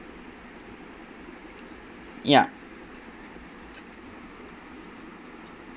ya